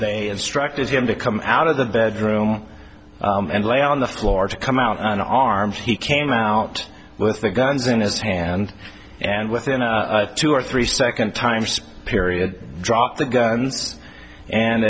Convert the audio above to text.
they instructed him to come out of the bedroom and lay on the floor to come out an arm he came out with the guns in his hand and within two or three second time period drop the guns and